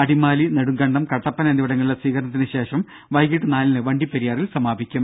അടിമാലി നെടുങ്കണ്ടം കട്ടപ്പന എന്നിവിടങ്ങളിലെ സ്വീകരണത്തിനു ശേഷം വൈകിട്ട് നാലിന് വണ്ടിപ്പെരിയാറിൽ സമാപിക്കും